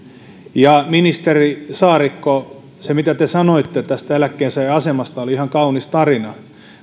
ministeri saarikko se mitä te sanoitte eläkkeensaajan asemasta oli ihan kaunis tarina